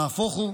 נהפוף הוא.